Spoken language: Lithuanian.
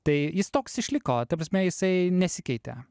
tai jis toks išliko ta prasme jisai nesikeitė